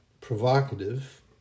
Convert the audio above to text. provocative